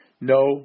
No